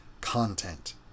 content